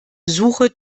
suche